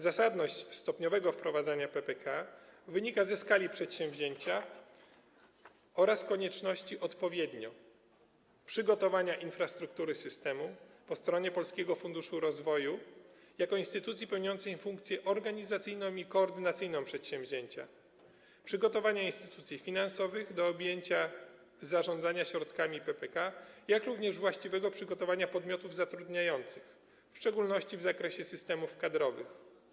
Zasadność stopniowego wprowadzania PPK wynika ze skali przedsięwzięcia oraz konieczności odpowiednio: przygotowania infrastruktury systemu po stronie Polskiego Funduszu Rozwoju jako instytucji pełniącej funkcję organizacyjną i koordynacyjną przedsięwzięcia, przygotowania instytucji finansowych do objęcia zarządzania środkami PPK, jak również właściwego przygotowania podmiotów zatrudniających, w szczególności w zakresie systemów kadrowych.